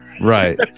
right